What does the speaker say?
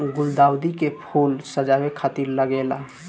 गुलदाउदी के फूल सजावे खातिर लागेला